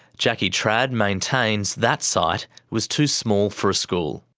jackie trad maintains that site was too small for a school.